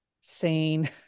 sane